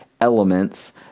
elements